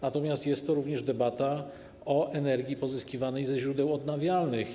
Natomiast jest to również debata o energii pozyskiwanej ze źródeł odnawialnych.